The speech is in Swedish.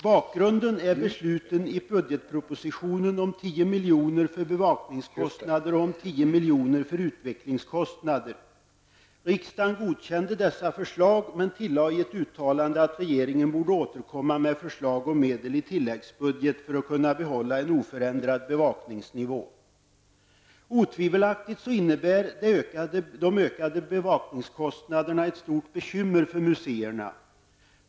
Bakgrunden är besluten i budgetpropositionen om för utvecklingskostnader. Riksdagen godkände dessa förslag men tillade i ett uttalande att regeringen borde återkomma med förslag om medel i tilläggsbudgeten för att kunna behålla en oförändrad bevakningsnivå. Utan tvivel innebär de ökade bevakningskostnaderna ett stort bekymmer för museerna.